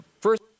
first